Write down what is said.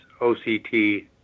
OCT